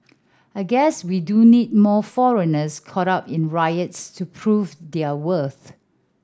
I guess we do need more foreigners caught up in riots to prove their worth